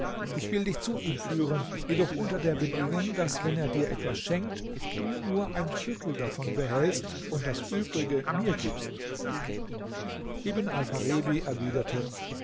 ich will dich zu ihm führen jedoch unter der bedingung daß wenn er dir etwas schenkt du nur ein viertel davon behältst und das übrige mir gibst ibn alpharebi erwiderte